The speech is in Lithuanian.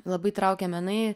labai traukė menai